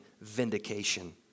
vindication